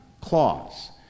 clause